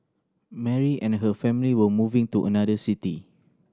Mary and her family were moving to another city